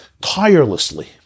Tirelessly